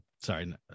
Sorry